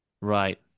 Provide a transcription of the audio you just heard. Right